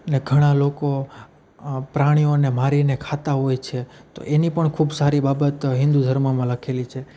ને ઘણાં લોકો પ્રાણીઓને મારીને ખાતા હોય છે તો એની પણ ખૂબ સારી બાબત હિન્દુ ધર્મમાં લખેલી છે